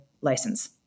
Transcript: license